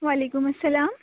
و علیکم السّلام